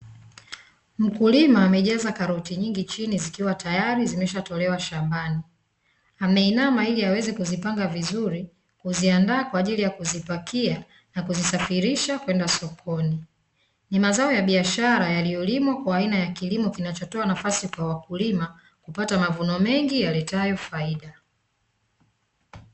Mkulima amejaza karoti nyingi chini zikiwa tayari zimeshatolewa shambani, ameinama ili aweze kuzipanga vizuri, kuziandaa kwa ajili ya kuzipakia na kuzisafirisha kwenda sokoni. Ni mazao ya biashara yanayolimwa kwa ajili ya kutoa nafasi kwa wakulima kupata mavuno mengi yaletayo faida.